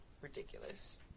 ridiculous